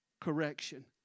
correction